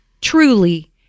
truly